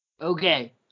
Okay